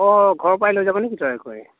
অঁ ঘৰৰ পৰাই লৈ যাবা নেকি তৈয়াৰ কৰি